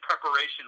preparation